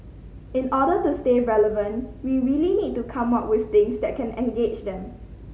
in order to stay relevant we really need to come up with things that can engage them